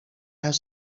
have